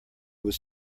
was